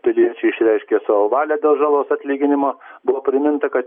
piliečiai išreiškė savo valią dėl žalos atlyginimo buvo priminta kad